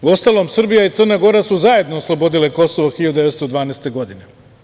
Uostalom, Srbija i Crna Gora su zajedno oslobodile Kosovo 1912. godine.